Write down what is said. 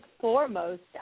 foremost